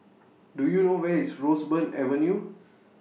Do YOU know Where IS Roseburn Avenue